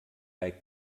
bei